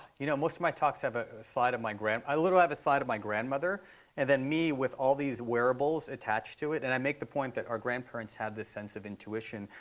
you know, most of my talks have a slide of my i literally have a slide of my grandmother and then me with all these wearables attached to it. and i make the point that our grandparents have this sense of intuition.